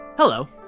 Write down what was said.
Hello